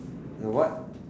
what